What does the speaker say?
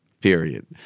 Period